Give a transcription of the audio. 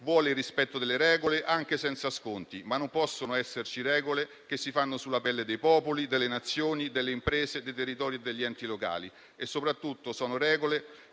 vuole il rispetto delle regole, anche senza sconti; non possono, però, esserci regole che si fanno sulla pelle dei popoli, delle Nazioni, delle imprese e dei territori, degli enti locali. Soprattutto, poi, sono regole